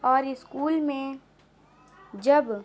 اور اسکول میں جب